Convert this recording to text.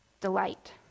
delight